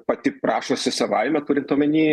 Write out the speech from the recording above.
pati prašosi savaime turint omeny